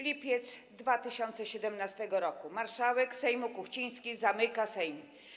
Lipiec 2017 r. - marszałek Sejmu Kuchciński zamyka Sejm.